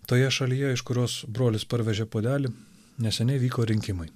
toje šalyje iš kurios brolis parvežė puodelį neseniai vyko rinkimai